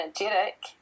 energetic